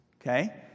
Okay